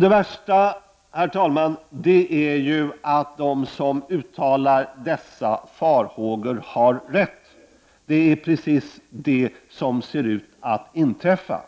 Det värsta, herr talman, är att de som uttalar dessa farhågor har rätt. Det är precis vad som ser ut att inträffa.